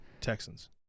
Texans